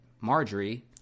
Marjorie